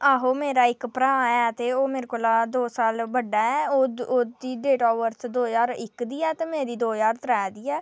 आहो मेरा इक भ्राऽ ऐ ते ओह् मेरे कोला दो साल बड्डा ऐ ओह्दी डेट ऑफ बर्थ दो ज्हार इक दी ऐ ते मेरी दो ज्हार त्रै दी ऐ